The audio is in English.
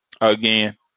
again